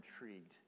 intrigued